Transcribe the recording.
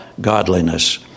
godliness